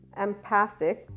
empathic